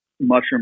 Mushroom